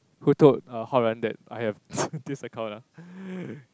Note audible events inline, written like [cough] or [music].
who told uh Hao-Ran that I have [laughs] this account ah [breath]